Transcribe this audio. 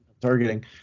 Targeting